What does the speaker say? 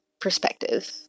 perspective